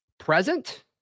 present